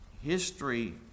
History